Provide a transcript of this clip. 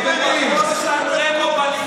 סן רמו בליכוד אתה לא תקבל שריון.